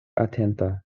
atenta